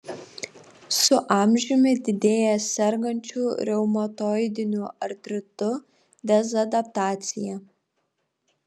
su amžiumi didėja sergančių reumatoidiniu artritu dezadaptacija